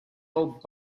old